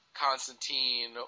Constantine